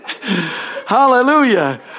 hallelujah